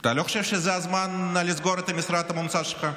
אתה לא חושב שזה הזמן לסגור את המשרד המומצא שלך?